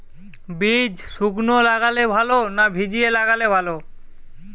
বীজ শুকনো লাগালে ভালো না ভিজিয়ে লাগালে ভালো?